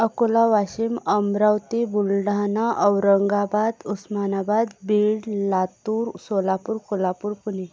Akola Washim Amravati Buldhana Aurangabad Osmanabad Beed Latur Solapur Kolhapur Pune